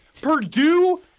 Purdue